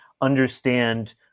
understand